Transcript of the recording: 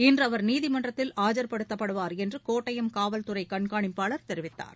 இன்று அவர் நீதிமன்றத்தில் ஆஜர்படுத்தப்படுவார் என்று கோட்டயம் காவல்துறை கண்காணிப்பாளர் தெரிவித்தார்